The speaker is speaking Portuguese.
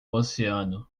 oceano